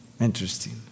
Interesting